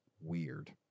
weird